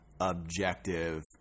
objective